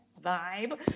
vibe